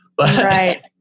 Right